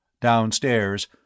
Downstairs